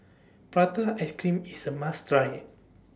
Prata Ice Cream IS A must Try